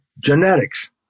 genetics